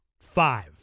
five